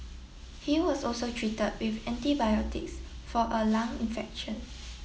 he was also treated with antibiotics for a lung infection